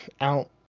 out